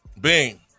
Bing